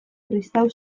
kristau